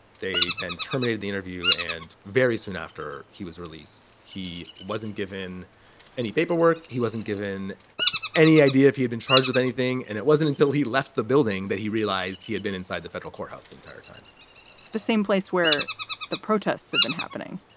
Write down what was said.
they then terminated the interview and very soon after he was released, he wasn't given and any paperwork. he wasn't given any idea if he had been charged with anything. and it wasn't until he left the building that he realized he had been inside the federal courthouse the entire time the same place where the protests have been happening.